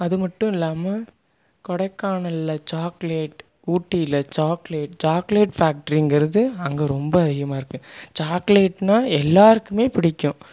அது மட்டும் இல்லாமல் கொடைக்கானலில் சாக்லேட் ஊட்டியில் சாக்லேட் சாக்லேட் ஃபேக்ட்ரிங்கிறது அங்கே ரொம்ப அதிகமாக இருக்கு சாக்லேட்டுனா எல்லாருக்கும் பிடிக்கும்